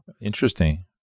Interesting